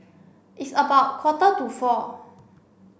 its about quarter to four